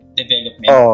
development